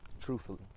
Truthfully